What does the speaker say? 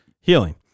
Healing